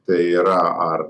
tai yra ar